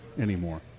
anymore